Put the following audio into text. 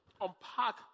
unpack